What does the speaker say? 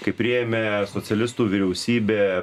kai priėmė socialistų vyriausybė